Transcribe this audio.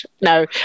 No